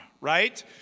right